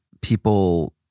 people